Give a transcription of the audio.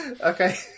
Okay